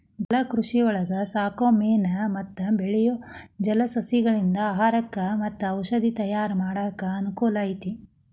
ಜಲಕೃಷಿಯೊಳಗ ಸಾಕೋ ಮೇನು ಮತ್ತ ಬೆಳಿಯೋ ಜಲಸಸಿಗಳಿಂದ ಆಹಾರಕ್ಕ್ ಮತ್ತ ಔಷದ ತಯಾರ್ ಮಾಡಾಕ ಅನಕೂಲ ಐತಿ